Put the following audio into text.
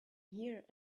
here